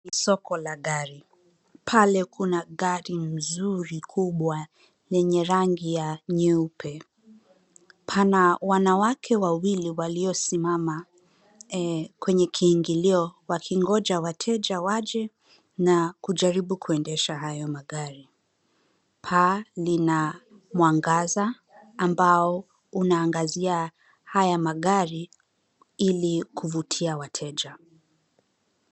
Soko la gari pale kuna gari nzuri kubwa yenye rangi ya nyeupe, pana wanawake wawili waliosimama kwenye kiingilio wakingoja wateja waje na kujaribu kuendesha hayo magari ,paa lina mwangaza ambao unaangazia haya magari ili kuvutia wateja.